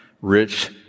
rich